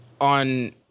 on